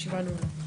הישיבה נעולה.